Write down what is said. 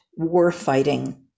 warfighting